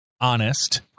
honest